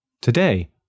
Today